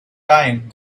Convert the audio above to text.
time